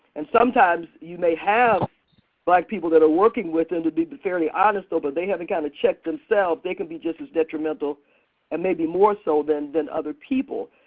and sometimes you may have black people that are working with and to be be fairly honest, so but they have kind of check themselves, they can be just as detrimental and maybe more so than than other people.